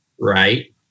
right